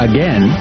Again